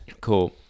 Cool